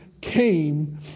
came